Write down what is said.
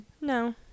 No